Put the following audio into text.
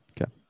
Okay